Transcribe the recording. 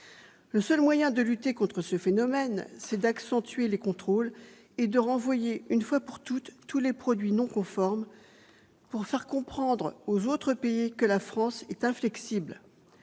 Le seul moyen de lutter contre ce phénomène, c'est d'accentuer les contrôles et de renvoyer une fois pour toutes tous les produits non conformes pour faire comprendre aux autres pays que la France est inflexible.